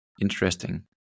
Interesting